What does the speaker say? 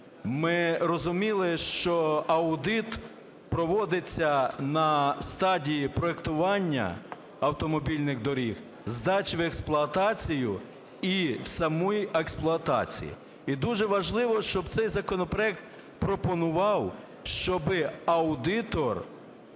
ми розуміли, що аудит проводиться на стадії проектування автомобільних доріг, здачі в експлуатацію і самої експлуатації. І дуже важливо, щоб цей законопроект пропонував, щоби аудитор